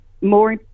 more